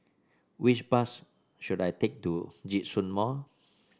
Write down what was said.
which bus should I take to Djitsun Mall